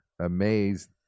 amazed